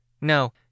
No